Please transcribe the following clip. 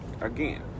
again